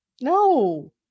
No